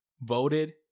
voted